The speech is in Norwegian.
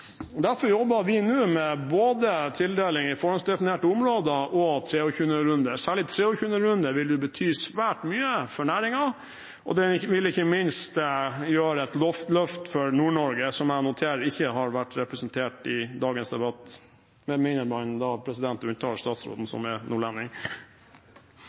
Derfor jobber vi nå med både tildeling i forhåndsdefinerte områder og 23. konsesjonsrunde. Særlig 23. konsesjonsrunde vil bety svært mye for næringen, og den vil ikke minst være et løft for Nord-Norge, som jeg noterer ikke har vært representert i dagens debatt, med mindre presidenten unntar statsråden,